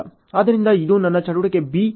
ಆದ್ದರಿಂದ ಇದು ನನ್ನ ಚಟುವಟಿಕೆ B